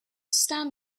stand